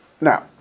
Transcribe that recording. now